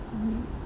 mmhmm